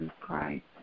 Christ